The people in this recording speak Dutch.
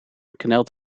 knelt